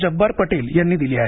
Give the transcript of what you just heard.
जब्बार पटेल यांनी दिली आहे